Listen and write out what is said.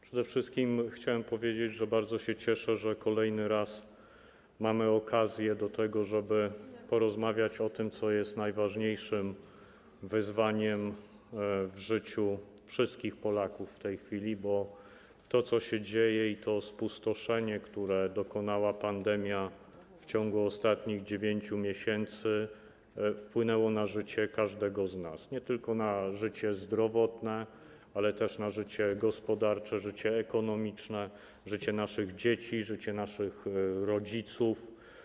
Przede wszystkim chciałem powiedzieć, że bardzo się cieszę, że kolejny raz mamy okazję do tego, żeby porozmawiać o tym, co jest najważniejszym wyzwaniem w życiu wszystkich Polaków w tej chwili, bo to, co się dzieje, i to spustoszenie, którego dokonała pandemia w ciągu ostatnich 9 miesięcy, wpłynęło na życie każdego z nas, nie tylko na życie zdrowotne, ale też na życie gospodarcze, życie ekonomiczne, życie naszych dzieci, życie naszych rodziców.